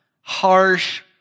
harsh